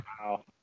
Wow